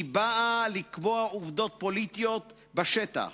היא באה לקבוע עובדות פוליטיות בשטח.